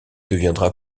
deviendra